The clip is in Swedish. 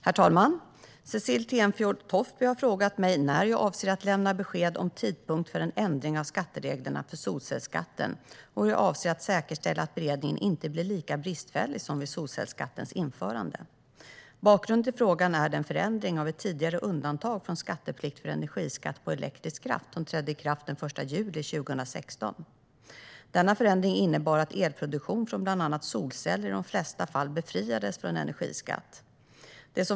Herr talman! Cecilie Tenfjord-Toftby har frågat mig när jag avser att lämna besked om tidpunkt för en ändring av skattereglerna för solcellsskatten, och hur jag avser att säkerställa att beredningen inte blir lika bristfällig som vid solcellsskattens införande. Bakgrunden till frågan är den förändring av ett tidigare undantag från skatteplikt för energiskatt på elektrisk kraft som trädde i kraft den 1 juli 2016. Denna förändring innebar att elproduktion från bland annat solceller i de flesta fall befriades från energiskatt.